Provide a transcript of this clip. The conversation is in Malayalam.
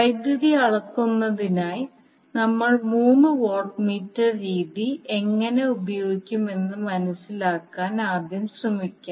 വൈദ്യുതി അളക്കുന്നതിനായി നമ്മൾ മൂന്ന് വാട്ട് മീറ്റർ രീതി എങ്ങനെ ഉപയോഗിക്കുമെന്ന് മനസിലാക്കാൻ ആദ്യം ശ്രമിക്കാം